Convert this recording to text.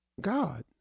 God